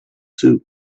soup